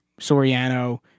Soriano